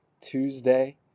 Tuesday